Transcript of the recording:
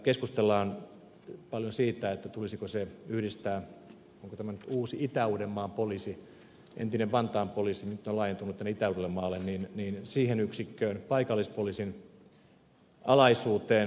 keskustellaan paljon siitä tulisiko se yhdistää uuteen itä uudenmaan poliisiin entinen vantaan poliisi joka nyt on laajentunut tänne itä uudellemaalle paikallispoliisin alaisuuteen